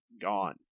gone